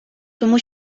тому